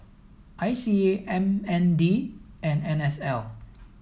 I C A M N D and N S L